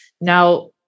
Now